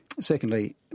Secondly